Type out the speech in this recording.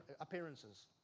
appearances